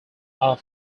are